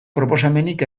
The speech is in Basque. proposamenik